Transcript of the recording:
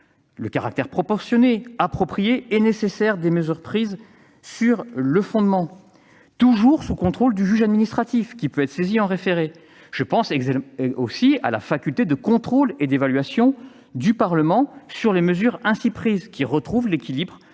le caractère proportionné, approprié et nécessaire des mesures prises, toujours sous contrôle du juge administratif, qui peut être saisi en référé. Je pense aussi à la faculté de contrôle et d'évaluation du Parlement sur les mesures prises, ce qui permet d'envisager